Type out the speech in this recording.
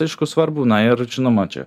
aišku svarbu na ir žinoma čia